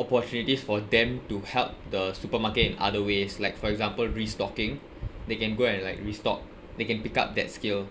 opportunities for them to help the supermarket in other ways like for example restocking they can go and like restock they can pick up that skill